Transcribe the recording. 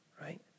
right